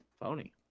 phony